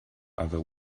other